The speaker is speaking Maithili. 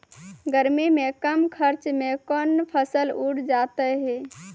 गर्मी मे कम खर्च मे कौन फसल उठ जाते हैं?